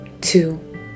Two